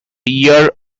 year